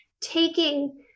taking